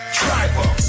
tribal